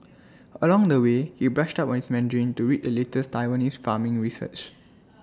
along the way he brushed up on his Mandarin to read the latest Taiwanese farming research